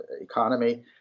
economy